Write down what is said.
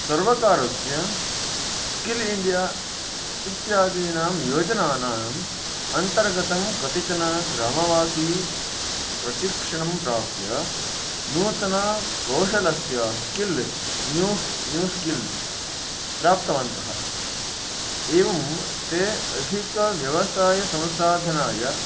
सर्वकारस्य skill India इत्यादीनां योजनानाम् अन्तर्गतं कतिचन ग्रामवासी प्रशिक्षणं प्राप्य नूतनकौशलस्य स्किल् न्यूस् न्यू स्किल्स् प्राप्तवन्तः एवं ते अधिकव्यवसायसंसाधनाय